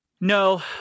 No